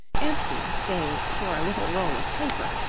empty save for a little roll of paper,